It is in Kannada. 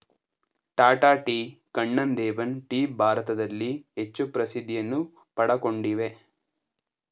ಟಾಟಾ ಟೀ, ಕಣ್ಣನ್ ದೇವನ್ ಟೀ ಭಾರತದಲ್ಲಿ ಹೆಚ್ಚು ಪ್ರಸಿದ್ಧಿಯನ್ನು ಪಡಕೊಂಡಿವೆ